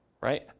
right